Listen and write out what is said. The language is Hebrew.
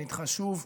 ונדחה שוב.